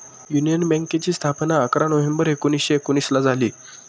union बँकेची स्थापना अकरा नोव्हेंबर एकोणीसशे एकोनिसला झाली